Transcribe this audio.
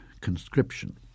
conscription